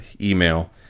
email